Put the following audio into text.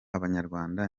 abanyarwanda